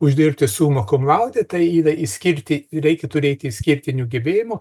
uždirbti suma kum laude tai yra išskirti reikia turėti išskirtinių gebėjimų